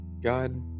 God